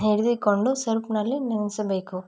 ಹಿಡಿದುಕೊಂಡು ಸರ್ಫ್ನಲ್ಲಿ ನೆನೆಸಬೇಕು